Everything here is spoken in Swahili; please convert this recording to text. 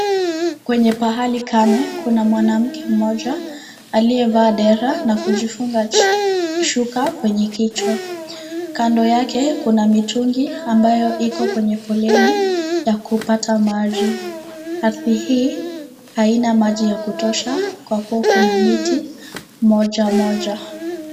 Kwenye pahali kame kuna mwanamke moja aliyevaa dera na kujifungwa shuka kwenye kichwa . Kando yake kuna mitungi ambayo iko kwenye foleni ya kupata maji . Ardhi hii haina maji ya kutosha kwa kuwa kuna miti moja moja.